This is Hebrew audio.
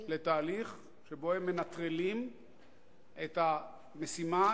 לתהליך שבו הן מנטרלות את המשימה,